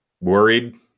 worried